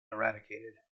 eradicated